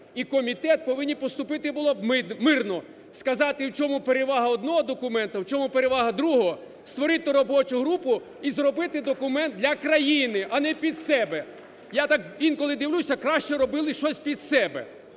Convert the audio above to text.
і комітет повинні поступити були б мирно: сказати, в чому перевага одного документу, а в чому перевага другого, створити робочу групу і зробити документ для країни, а не під себе. Я так інколи дивлюся, краще робили щось під себе,